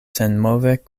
senmove